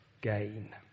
gain